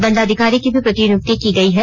दंडाधिकारी की भी प्रतिनियुक्ति की गई है